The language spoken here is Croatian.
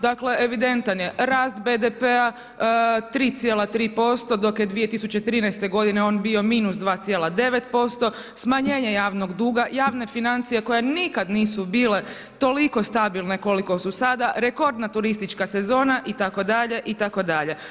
Dakle evidentan je rast BDP-a, 3,3%, dok je 2013. godine on bio -2,9%, smanjenje javnog duga, javne financije koje nikad nisu bile toliko stabilne koliko su sada, rekordna turistička sezona, itd., itd.